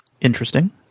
Interesting